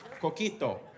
coquito